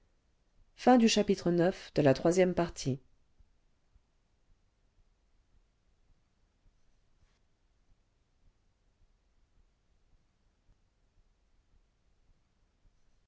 de la gare